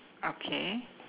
okay